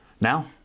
Now